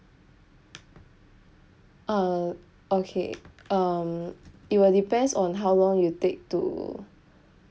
uh okay um it will depends on how long you take to